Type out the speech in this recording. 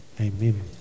Amen